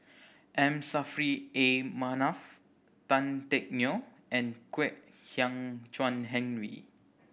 M Saffri A Manaf Tan Teck Neo and Kwek Hian Chuan Henry